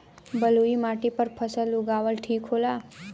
बलुई माटी पर फसल उगावल ठीक होला?